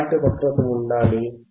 ఎలాంటి వక్రత ఉండాలి